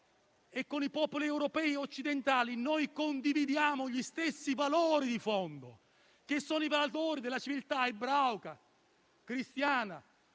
e con i popoli europei e occidentali condividiamo gli stessi valori di fondo, che sono quelli della civiltà ebraica, cristiana